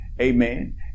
amen